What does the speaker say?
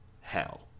hell